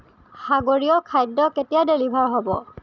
সাগৰীয় খাদ্য কেতিয়া ডেলিভাৰ হ'ব